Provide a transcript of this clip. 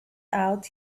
out